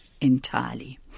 entirely